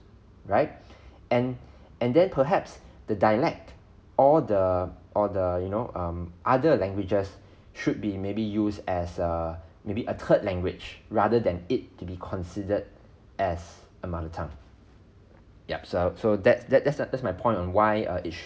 right and and then perhaps the dialect or the or the you know um other languages should be maybe used as a maybe a third language rather than it to be considered as a mother tongue yup so so that that that's that's my point on why err it shou~